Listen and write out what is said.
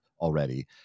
already